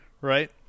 right